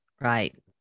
Right